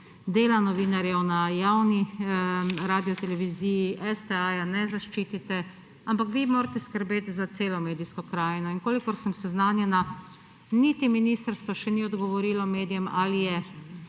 dela novinarjev na javni radioteleviziji, STA ne zaščitite, ampak vi morate skrbeti za celo medijsko krajino. In kolikor sem seznanjena, niti ministrstvo še ni odgovorilo medijem, ali je